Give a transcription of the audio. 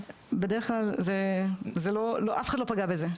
בדרך כלל אף אחד לא פוגע בזה.